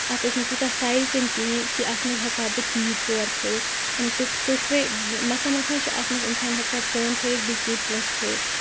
اَتھ ٲس نہٕ تیوٗتاہ سایز تہِ نہٕ کِہیٖنۍ کہِ اَتھ منٛز ہٮ۪کہٕ ہا بہٕ چیٖز ژور تھاوِتھ یِم ژُشوَے مَسا مَسا چھِ اَتھ منٛز اِنسان ہٮ۪کان فون تھٲوِتھ بیٚیہِ کینٛہہ پونٛسہٕ تھٲوِتھ